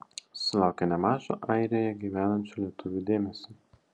sulaukė nemažo airijoje gyvenančių lietuvių dėmesio